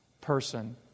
person